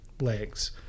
legs